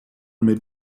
mit